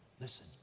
Listen